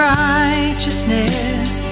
righteousness